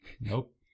Nope